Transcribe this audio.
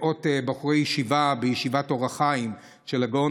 מאות בחורי ישיבה בישיבת אור החיים של הגאון